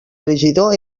regidor